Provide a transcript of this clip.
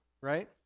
Right